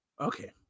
Okay